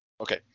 Okay